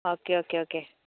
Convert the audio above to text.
okay okay okay